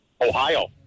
Ohio